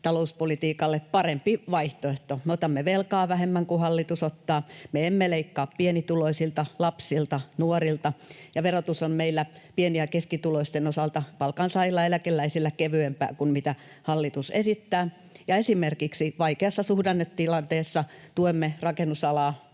talouspolitiikalle parempi vaihtoehto. Me otamme velkaa vähemmän kuin hallitus ottaa, me emme leikkaa pienituloisilta, lapsilta, nuorilta, verotus on meillä pieni- ja keskituloisten osalta, palkansaajilla ja eläkeläisillä, kevyempää kuin mitä hallitus esittää ja esimerkiksi vaikeassa suhdannetilanteessa tuemme rakennusalaa,